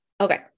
Okay